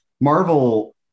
Marvel